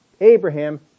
Abraham